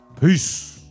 Peace